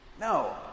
No